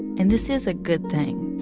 and this is a good thing.